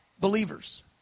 believers